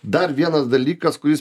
dar vienas dalykas kuris